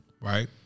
right